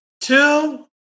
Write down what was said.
Two